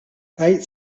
gai